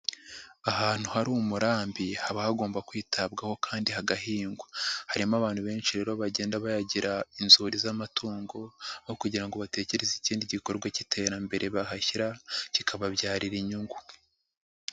Ahantu hari umurambi haba hagomba kwitabwaho kandi hagahingwa. Harimo abantu benshi rero bagenda bayagira inzuri z'amatungo, aho kugira ngo batekereze ikindi gikorwa cy'iterambere bahashyira, kikababyarira inyungu.